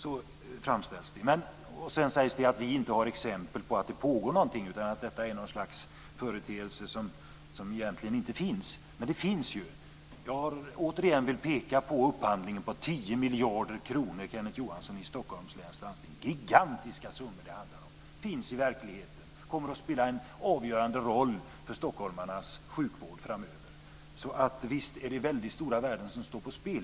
Så framställs det. Sedan sägs det att vi inte har exempel på att det pågår någonting, utan att detta är något slags företeelse som egentligen inte finns. Men den finns ju. Jag vill återigen peka på upphandlingen på 10 miljarder kronor i Stockholms läns landsting, Kenneth Johansson. Det är gigantiska summor det handlar om. Detta finns i verkligheten. Det kommer att spela en avgörande roll för stockholmarnas sjukvård framöver. Visst är det mycket stora värden som står på spel.